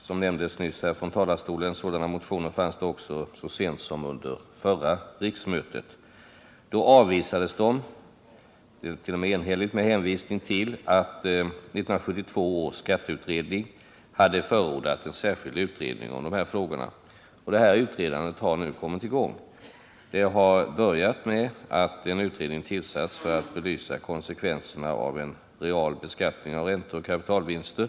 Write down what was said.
Sådana motioner fanns, vilket nyss nämndes från talarstolen, också så sent som under förra riksmötet. Då avvisades de, t.o.m. enhälligt, med hänvisning till att 1972 års skatteutredning hade förordat en särskild utredning av de här frågorna. Det utredandet har nu kommit i gång. Det har börjat med att en utredning tillsatts för att belysa konsekvenserna av en real beskattning av räntor och kapitalvinster.